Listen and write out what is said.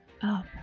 up